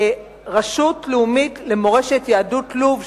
רשות לאומית למורשת יהדות לוב,